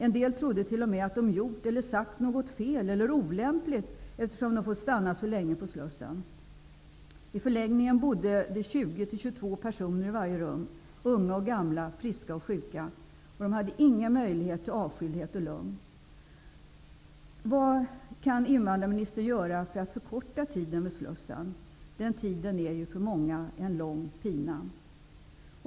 En del trodde t.o.m. att de gjort eller sagt något fel eller olämpligt, eftersom de får stanna så länge på slussen. På förläggningen bodde det 20-22 personer i varje rum, unga och gamla, friska och sjuka. De hade ingen möjlighet till avskildhet och lugn. Vad kan invandrarministern göra för att förkorta tiden vid slussen? Den tiden är ju för många en lång pina.